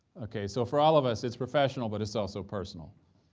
okay, so for all of us it's professional, but it's also personal,